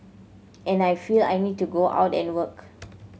and I feel I need to go out and work